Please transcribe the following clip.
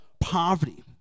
poverty